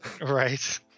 Right